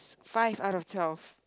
five out of twelve